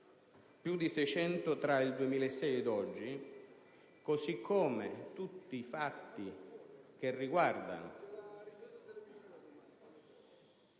più di 600 tra il 2006 ed oggi, così come tutti i fatti che riguardano